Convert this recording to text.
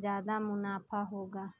ज्यादा मुनाफा होगा?